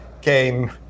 game